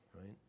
right